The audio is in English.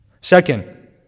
Second